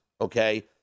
okay